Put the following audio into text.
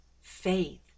faith